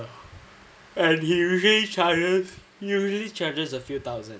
and he usually he usually charges a few thousand